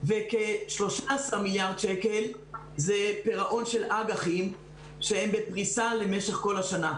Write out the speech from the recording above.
וכ-13 מיליארד שקלים זה פירעון של אג"חים שהם בפריסה למשך כל השנה.